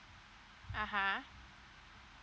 uh !huh!